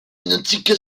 identique